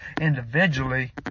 individually